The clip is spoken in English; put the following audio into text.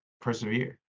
persevere